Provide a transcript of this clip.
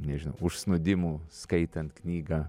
nežinau užsnūdimų skaitant knygą